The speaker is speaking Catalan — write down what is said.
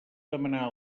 demanar